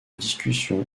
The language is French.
discussion